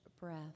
breath